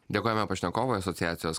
dėkojame pašnekovui asociacijos